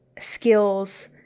skills